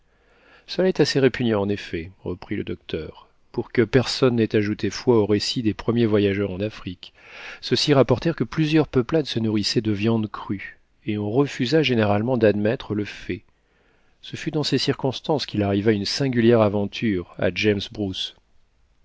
cela est assez répugnant en effet reprit le docteur pour que personne n'ait ajouté foi aux récits des premiers voyageurs en afrique ceux-ci rapportèrent que plusieurs peuplades se nourrissaient de viande crue et on refusa généralement d'admettre le fait ce fut dans ces circonstances qu'il arriva une singulière aventure à james bruce